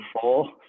four